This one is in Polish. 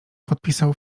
podpisał